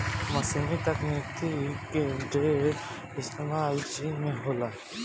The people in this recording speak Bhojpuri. मशीनी तकनीक के ढेर इस्तेमाल चीन में होला